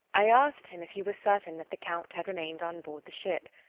i asked him if he were certain that the count had remained on board the ship.